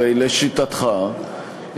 הרי לשיטתך,